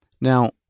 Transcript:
Now